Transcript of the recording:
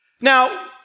Now